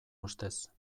ustez